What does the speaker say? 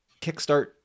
kickstart